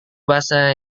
bahasa